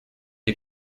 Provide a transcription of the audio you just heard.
die